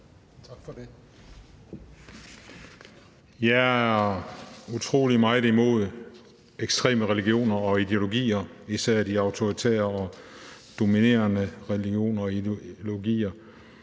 Tak for det. Jeg er utrolig meget imod ekstreme religioner og ideologier, især de autoritære og dominerende religioner og ideologier.